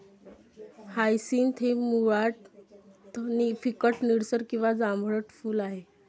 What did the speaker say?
hyacinth हे मुळात फिकट निळसर किंवा जांभळट फूल आहे